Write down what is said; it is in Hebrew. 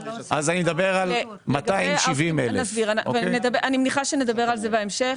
אז אני מדבר על 270,000. אני מניחה שנדבר על זה בהמשך.